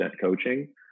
coaching